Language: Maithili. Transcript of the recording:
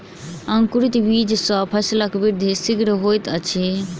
अंकुरित बीज सॅ फसीलक वृद्धि शीघ्र होइत अछि